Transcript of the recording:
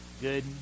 good